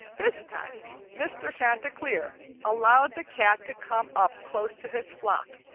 this time mr. chanticleer allowed the cat to come up close to his flock,